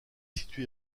située